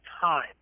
time